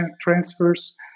transfers